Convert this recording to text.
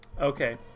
Okay